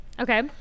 Okay